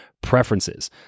preferences